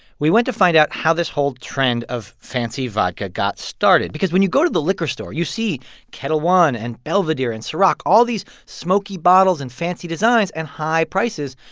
we went to find out how this whole trend of fancy vodka got started because when you go to the liquor store, you see ketel one and belvedere and ciroc all these smoky bottles and fancy designs and high prices.